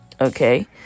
okay